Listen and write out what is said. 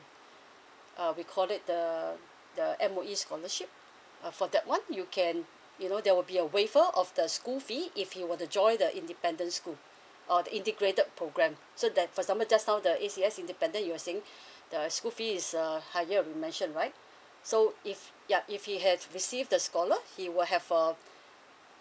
uh we called it the the M_O_E scholarship uh for that one you can you know there will be a waiver of the school fee if you want to join the independent school or the integrated program so that for example just now the A_C_S independent you are saying the school fees uh higher we mentioned right so if yeah if he have received the scholar's he will have uh